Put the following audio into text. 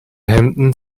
hemden